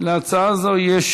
להצעת זו יש